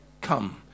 come